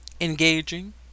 engaging